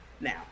now